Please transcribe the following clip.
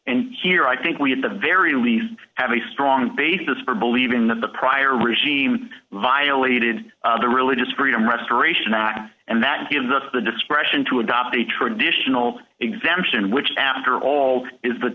and here i think we at the very least have a strong basis for believing that the prior regime violated the religious freedom restoration act and that gives us the discretion to adopt a traditional exemption which after all is the